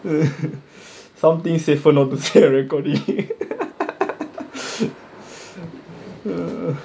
something safer not to say ah recording